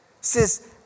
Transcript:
says